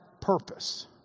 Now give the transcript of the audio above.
purpose